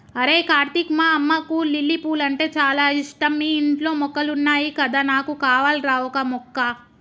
అరేయ్ కార్తీక్ మా అమ్మకు లిల్లీ పూలంటే చాల ఇష్టం మీ ఇంట్లో మొక్కలున్నాయి కదా నాకు కావాల్రా ఓక మొక్క